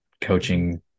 coaching